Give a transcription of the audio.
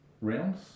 realms